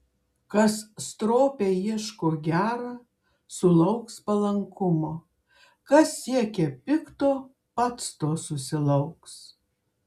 kas stropiai ieško gera sulauks palankumo kas siekia pikto pats to susilauks